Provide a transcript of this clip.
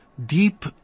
Deep